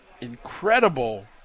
incredible